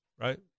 right